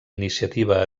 iniciativa